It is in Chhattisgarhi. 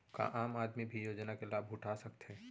का आम आदमी भी योजना के लाभ उठा सकथे?